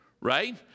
right